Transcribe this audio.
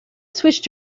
switched